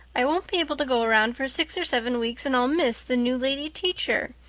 i won't be able to go around for six or seven weeks and i'll miss the new lady teacher.